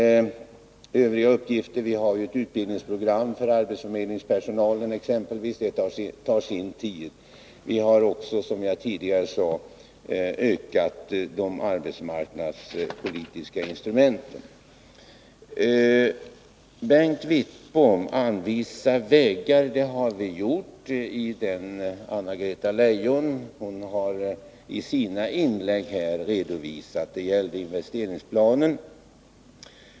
Vi har ett utbildningsprogram för arbetsförmedlingspersonalen, vilket tar sin tid. Vi har även, som jag tidigare sade, ökat de arbetsmarknadspolitiska instrumenten. Anna-Greta Leijon har i sina inlägg anvisat vägar. Det gällde investeringsplanen.